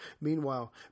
Meanwhile